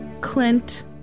Clint